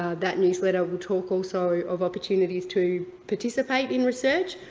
that newsletter will talk, also, of opportunities to participate in research,